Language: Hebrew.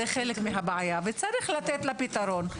זה חלק מהבעיה וצריך לתת לה פתרון.